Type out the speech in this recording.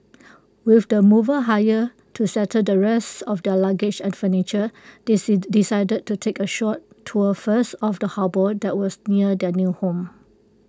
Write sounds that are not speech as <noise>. with the mover hire to settle the rest of their luggage and furniture <unintelligible> decided to take A short tour first of the harbour that was near their new home